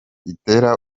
itera